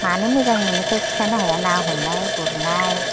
मानो मोजां मोनोथाय खिथानो हाया ना हमनाय गुरनाय